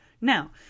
Now